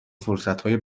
فرصتهای